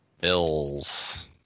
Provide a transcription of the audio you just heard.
Bills